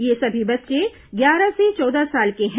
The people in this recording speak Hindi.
ये सभी बच्चे ग्यारह से चौदह साल के हैं